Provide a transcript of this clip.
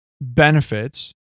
benefits